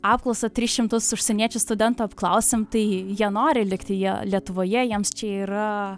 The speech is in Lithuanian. apklausą tris šimtus užsieniečių studentų apklausėm tai jie nori likti jie lietuvoje jiems čia yra